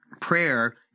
Prayer